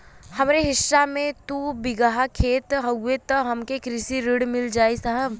हमरे हिस्सा मे दू बिगहा खेत हउए त हमके कृषि ऋण मिल जाई साहब?